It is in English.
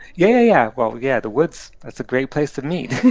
yeah, yeah, yeah. well, yeah. the woods, that's a great place to meet